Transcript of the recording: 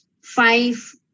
five